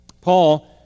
Paul